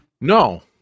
No